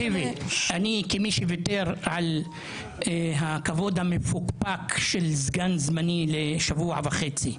כמי שוויתר על הכבוד המפוקפק של סגן זמני לשבוע וחצי,